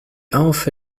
alpha